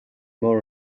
more